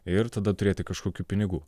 ir tada turėti kažkokių pinigų